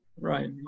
right